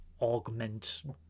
augment